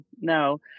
no